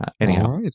anyhow